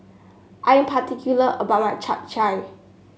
I'm particular about my Chap Chai